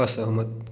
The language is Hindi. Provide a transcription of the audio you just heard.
असहमत